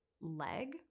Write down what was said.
leg